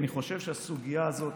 אני חושב שהסוגיה הזאת,